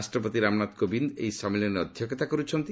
ରାଷ୍ଟ୍ରପତି ରାମନାଥ କୋବିନ୍ଦ୍ ଏହି ସମ୍ମିଳନୀରେ ଅଧ୍ୟକ୍ଷତା କରୁଛନ୍ତି